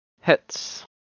Hits